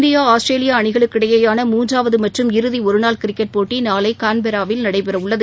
India ஆஸ்திரேலியாஅணிகளுக்கிடையேயான மூன்றாவதுமற்றும் இறுதிஒருநாள் கிரிக்கெட் போட்டிநாளைகான்பெராவில் நடைபெறஉள்ளது